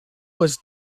was